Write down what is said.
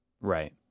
Right